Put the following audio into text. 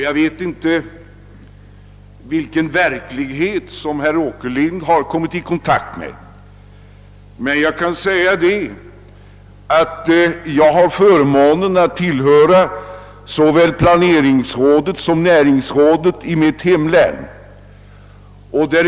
Jag vet inte vilken verklighet som herr Åkerlind har kommit i kontakt med. Jag kan emellertid nämna att jag har förmånen att tillhöra såväl planeringsrådet som näringsrådet i mitt hemlän.